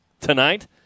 tonight